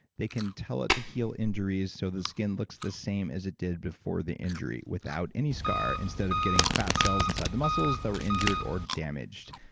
they can tell it to heal injuries so the skin looks the same as it did before the injury without any scar instead of getting fat cells inside the muscles that were injured or damaged